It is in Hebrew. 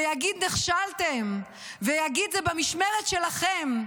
ויגיד, נכשלתם, ויגיד, זה במשמרת שלכם,